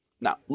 Now